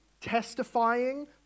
testifying